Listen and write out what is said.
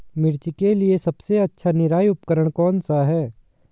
मिर्च के लिए सबसे अच्छा निराई उपकरण कौनसा है?